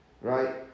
Right